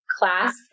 class